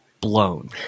blown